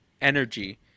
energy